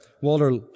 Walter